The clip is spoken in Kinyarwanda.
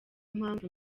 mpamvu